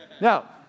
Now